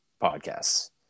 podcasts